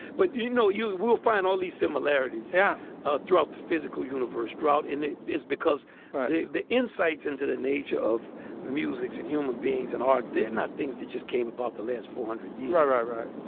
but you know, you will find all these similarities yeah ah throughout the physical universe. drought and is because the insights into the nature of musics and human beings and ards, they're not things that just came about the last four hundred years right, right. right.